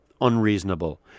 unreasonable